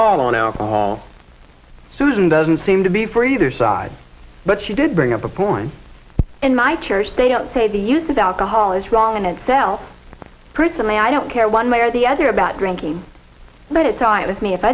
all on our susan doesn't seem to be for either side but she did bring up a point in my church they don't say the use of alcohol is wrong in itself personally i don't care one way or the other about drinking but it so is me if i